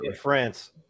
France